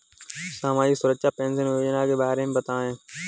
सामाजिक सुरक्षा पेंशन योजना के बारे में बताएँ?